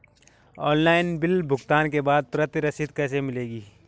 Online bill भुगतान के बाद प्रति रसीद कैसे मिलेगी?